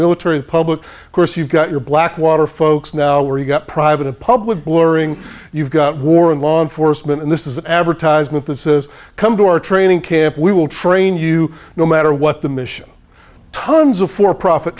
military and public course you've got your blackwater folks now where you got private and public blurring you've got war and law enforcement and this is an advertisement that says come to our training camp we will train you no matter what the mission tons of for profit